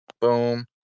boom